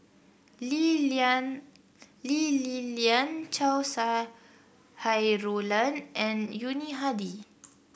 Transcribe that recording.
Lee Lian Lee Li Lian Chow Sau Hai Roland and Yuni Hadi